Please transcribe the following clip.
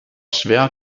schwer